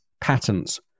patterns